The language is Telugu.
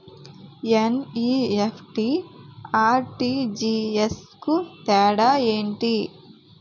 ఎన్.ఈ.ఎఫ్.టి, ఆర్.టి.జి.ఎస్ కు తేడా ఏంటి?